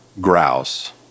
grouse